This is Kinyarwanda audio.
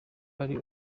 ari